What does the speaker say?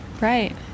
Right